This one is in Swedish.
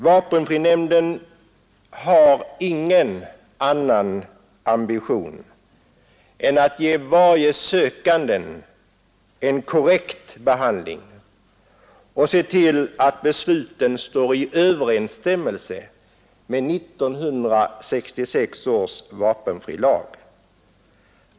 Vapenfrinämnden har ingen annan ambition än att ge varje sökande en korrekt behandling och se till att besluten står i överensstämmelse med 1966 års vapenfrilag.